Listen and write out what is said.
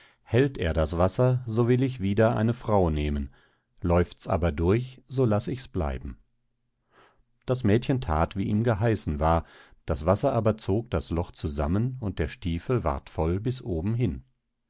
hält er das wasser so will ich wieder eine frau nehmen läufts aber durch so laß ichs bleiben das mädchen that wie ihm geheißen war das wasser aber zog das loch zusammen und der stiefel ward voll bis oben hin